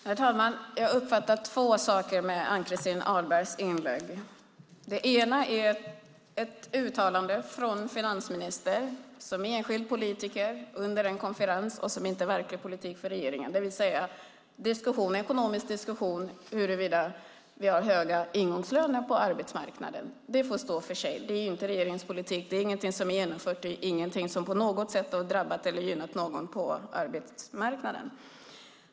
Herr talman! Jag uppfattar två saker i Ann-Christin Ahlbergs inlägg. Det ena handlar om ett uttalande som finansministern gjorde som enskild politiker under en konferens. Den ekonomiska diskussionen om huruvida vi har höga ingångslöner på arbetsmarknaden får stå för honom. Det är inte regeringens politik. Det är inget som är genomfört eller som på något sätt har drabbat eller gynnat någon på arbetsmarknaden.